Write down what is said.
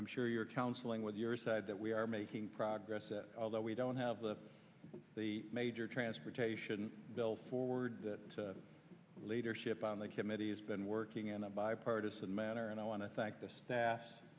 i'm sure you're counseling with your side that we are making progress although we don't have the the major transportation bill forward that leadership on the committee has been working in a bipartisan manner and i want to thank the staff